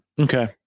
okay